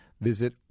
visit